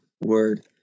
word